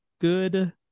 good